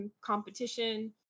competition